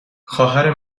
خواهر